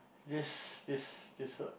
this this this what